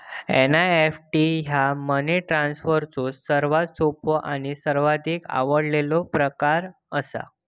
NEFT ह्या money ट्रान्सफरचो सर्वात सोपो आणि सर्वाधिक आवडलेलो प्रकार असा